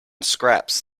scraps